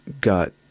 got